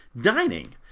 dining